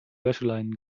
wäscheleinen